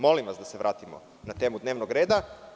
Molim vas da se vratimo na temu dnevnog reda.